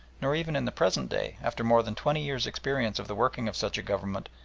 nor even in the present day, after more than twenty years' experience of the working of such a government,